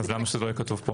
אז למה שלא יהיה כתוב פה?